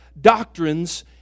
doctrines